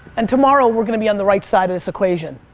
and tomorrow we're gonna be on the right side of this equation.